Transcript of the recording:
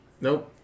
Nope